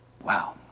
Wow